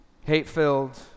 hate-filled